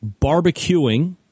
barbecuing